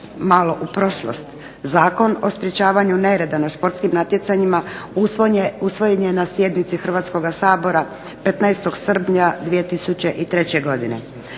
malo u prošlost. Zakon o sprječavanju nereda na športskim natjecanjima usvojen je na sjednici Hrvatskoga sabora 15. srpnja 2003. godine.